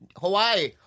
Hawaii